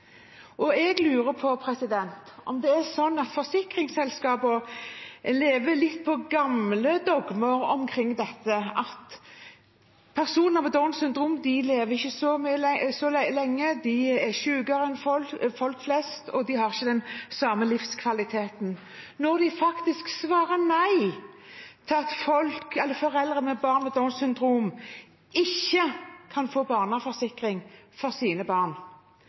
Jeg lurer på om det er sånn at forsikringsselskapene lever på gamle dogmer omkring dette – at personer med Downs syndrom ikke lever så lenge, at de er sykere enn folk flest, og at de ikke har den samme livskvaliteten – når de faktisk svarer nei til at foreldre til barn med Downs syndrom